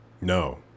No